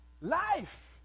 Life